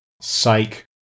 Psych